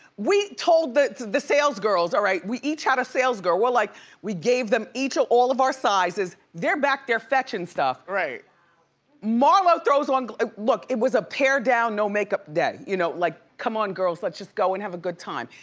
we told but the salesgirls, all right, we each had a salesgirl, we're like we gave them each ah all of our sizes. they're back there fetching stuff. marlo marlo throws on, look, it was a paired down, no makeup day, you know like come on girls, let's just go and have a good time.